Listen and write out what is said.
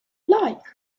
like